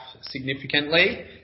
significantly